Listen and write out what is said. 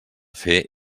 fer